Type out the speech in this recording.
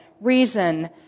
reason